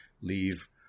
leave